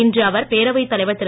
இன்று அவர் பேரவைத் தலைவர் திரு